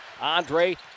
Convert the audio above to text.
Andre